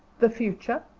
the future?